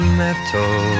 metal